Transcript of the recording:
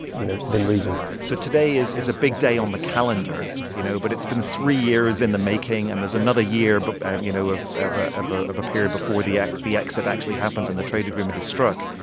you know, within reason so today is is a big day on the calendar, you know, but it's been three years in the making. and there's another year, but um you know, of of ah ah a period before the exit the exit actually happens and the trade agreement is struck.